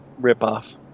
ripoff